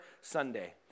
Sunday